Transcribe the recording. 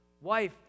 Wife